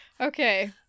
Okay